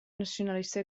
nacionalista